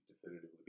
definitively